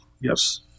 Yes